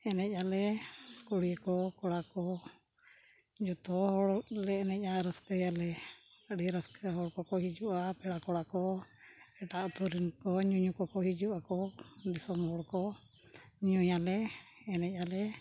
ᱮᱱᱮᱡ ᱟᱞᱮ ᱠᱩᱲᱤ ᱠᱚ ᱠᱚᱲᱟ ᱠᱚ ᱡᱷᱚᱛᱚ ᱦᱚᱲᱞᱮ ᱮᱱᱮᱡᱼᱟ ᱨᱟᱹᱥᱠᱟᱹᱭᱟᱞᱮ ᱟᱹᱰᱤ ᱨᱟᱹᱥᱠᱟᱹ ᱦᱚᱲ ᱠᱚᱠᱚ ᱦᱤᱡᱩᱜᱼᱟ ᱯᱮᱲᱟ ᱠᱚᱲᱟ ᱠᱚ ᱮᱴᱟᱜ ᱟᱛᱳᱨᱮᱱ ᱠᱚ ᱧᱩᱧᱩ ᱠᱚᱠᱚ ᱦᱤᱡᱩᱜ ᱟᱠᱚ ᱫᱤᱥᱚᱢ ᱦᱚᱲᱠᱚ ᱧᱩᱭᱟᱞᱮ ᱮᱱᱮᱡ ᱟᱞᱮ